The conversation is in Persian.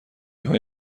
های